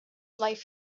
life